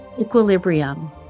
Equilibrium